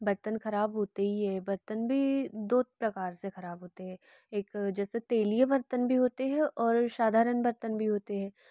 बर्तन ख़राब होते ही हैं बर्तन भी दो प्रकार से ख़राब होते हैं एक जैसे तेलीय बर्तन भी होते हैं और सधारण बर्तन भी होते हैं